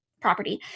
property